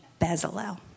Bezalel